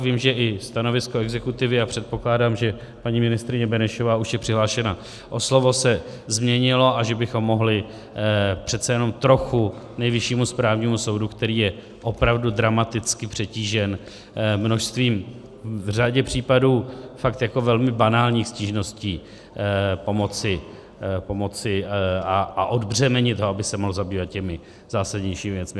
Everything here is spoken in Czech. Vím, že i stanovisko exekutivy, a předpokládám, že paní ministryně Benešová už je přihlášena o slovo, se změnilo a že bychom mohli přece jenom trochu Nejvyššímu správnímu soudu, který je opravdu dramaticky přetížen množstvím v řadě případů fakt jako velmi banálních stížností, pomoci a odbřemenit ho, aby se mohl zabývat těmi zásadnějšími věcmi.